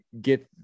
get